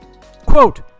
quote